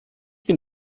bin